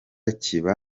kiba